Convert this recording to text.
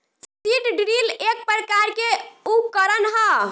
seed drill एक प्रकार के उकरण ह